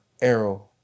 Arrow